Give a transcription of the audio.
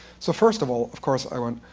so first of all, of course i went,